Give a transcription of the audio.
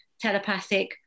telepathic